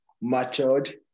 matured